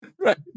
Right